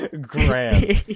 Graham